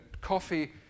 coffee